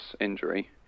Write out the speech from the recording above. injury